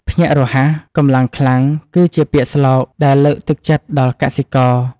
ភ្ញាក់រហ័ស កម្លាំងខ្លាំង គឺជាពាក្យស្លោកដែលលើកទឹកចិត្តដល់កសិករ។